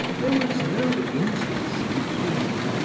there was no intimacy between them,